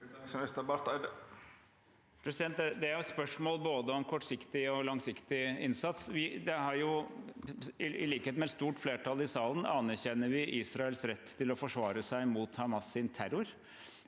Det er jo et spørsmål om både kortsiktig og langsiktig innsats. I likhet med et stort flertall i salen anerkjenner vi Israels rett til å forsvare seg mot Hamas’ terror.